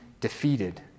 defeated